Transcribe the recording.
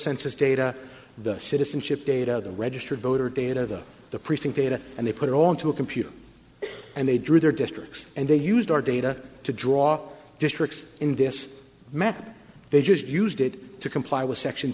census data the citizenship data of the registered voter data the precinct data and they put it all into a computer and they drew their districts and they used our data to draw districts in this map they just used it to comply with section